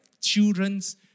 children's